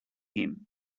him